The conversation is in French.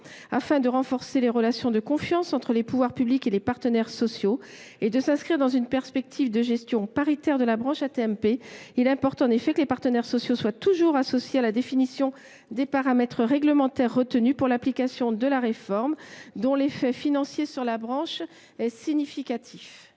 Afin de renforcer les relations de confiance entre les pouvoirs publics et les partenaires sociaux et de s’inscrire dans une perspective de gestion paritaire de la branche AT MP, il importe en effet que les partenaires sociaux soient toujours associés à la définition des paramètres réglementaires retenus pour l’application de la réforme, dont l’effet financier sur la branche est significatif.